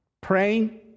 praying